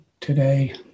today